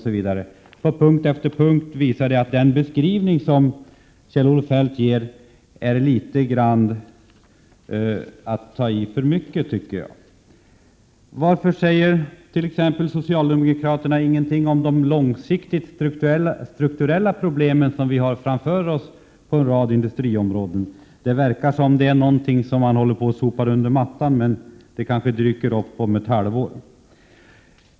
På punkt efter punkt visar detta att den beskrivning som Kjell-Olof Feldt gör innebär att han tar i litet för mycket. Varför säger socialdemokraterna t.ex. ingenting om de långsiktiga strukturella problem som vi har framför oss på en rad industriområden? Det verkar som om det är något man håller på att sopa under mattan. Det kanske dyker upp om ett halvår.